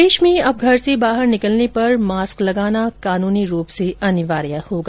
प्रदेश में अब घर से बाहर निकलने पर मास्क लगाना कानूनी रूप से अनिवार्य होगा